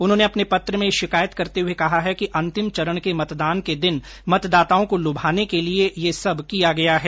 उन्होंने अपने पत्र में यह शिकायत करते हुए कहा है कि अंतिम चरण के मतदान के दिन मतदाताओं को लुभाने के लिए यह सब किया गया है